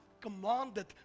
commanded